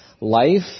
life